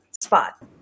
Spot